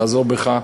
חזור בך,